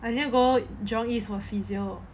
I needed go jurong east for physiotherapy